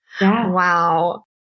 wow